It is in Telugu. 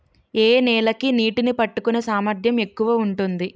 ఏ నేల కి నీటినీ పట్టుకునే సామర్థ్యం ఎక్కువ ఉంటుంది?